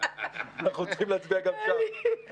אנחנו צריכים להצביע גם שם.